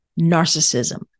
narcissism